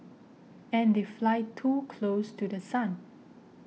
and they fly too close to The Sun